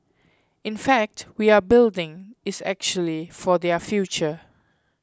in fact we are building is actually for their future